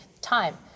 Time